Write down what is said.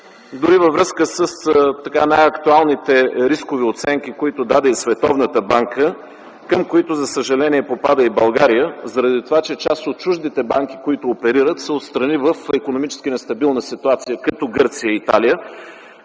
дори във връзка с най-актуалните рискови оценки, които даде и Световната банка, към които, за съжаление, попада и България заради това, че част от чуждите банки, които оперират, са от страни в икономически нестабилна ситуация, като Гърция и Италия: